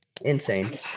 Insane